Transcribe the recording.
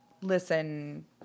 listen